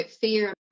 fear